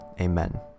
Amen